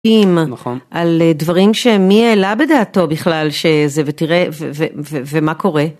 נכון, על דברים שמי יעלה בדעתו בכלל שזה, ותראה, ומה קורה.